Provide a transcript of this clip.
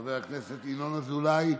חבר הכנסת ינון אזולאי,